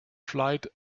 flight